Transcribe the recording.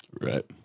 Right